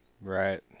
Right